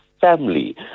family